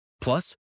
Plus